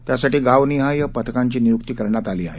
त्यासाठी गाव निहाय पथकांची नियुक्ती करण्यात आली आहे